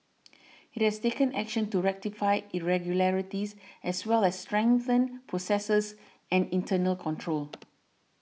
it has taken action to rectify irregularities as well as strengthen processes and internal controls